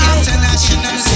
International